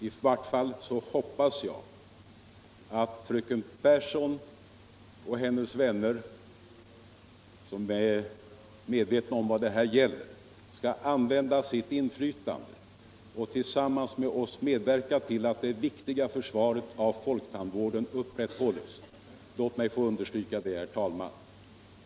I vart fall hoppas jag att fröken Pehrsson ochhennes — vänner, som är medvetna om vad detta gäller, skall använda siu in — Vissa tandvårdsfråflytande och tillsammans med oss medverka till att det viktiga försvaret — gor av folktandvården uppritthålles. Låt mig få understryka dew, herr talman.